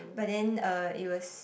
but then uh it was